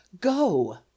go